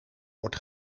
wordt